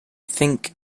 think